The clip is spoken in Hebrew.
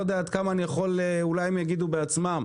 אולי הם יגידו בעצמם,